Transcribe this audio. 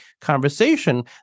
conversation